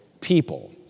people